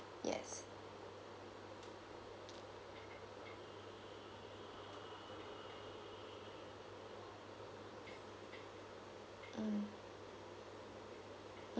yes mm